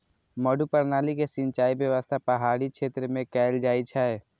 मड्डू प्रणाली के सिंचाइ व्यवस्था पहाड़ी क्षेत्र मे कैल जाइ छै